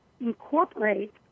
incorporate